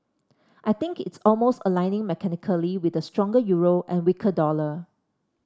I think it's almost aligning mechanically with the stronger euro and weaker dollar